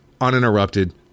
uninterrupted